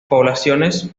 poblaciones